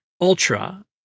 Ultra